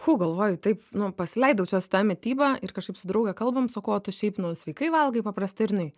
fu galvoju taip nu pasileidau čia su ta mityba ir kažkaip su drauge kalbam sakau o tu šiaip nu sveikai valgai paprastai ir jinai